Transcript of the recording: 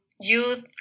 youth